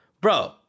Bro